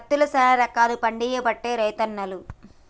పత్తిలో శానా రకాలు పండియబట్టే రైతన్నలు